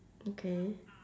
okay